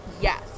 yes